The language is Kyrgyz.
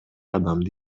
адамды